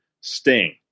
Sting